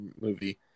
movie